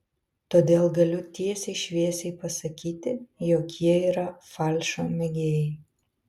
todėl galiu tiesiai šviesiai pasakyti jog jie yra falšo mėgėjai